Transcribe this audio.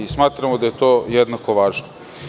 Smatramo da je to jednako važno.